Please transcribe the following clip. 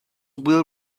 will